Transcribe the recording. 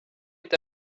est